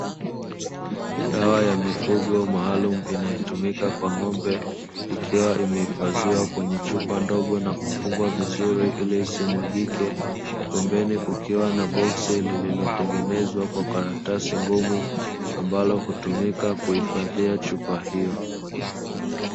Dawa ya mifugo maalum inayotumika kwa ng'ombe ikiwa imehifadhiwa kwenye chupa ndogo na kufungwa vizuri ili isimwagike, pembeni kukiwa na boksi lililotengenezwa kwa karatasi ngumu ambalo hutumika kuhifadhia chupa hiyo.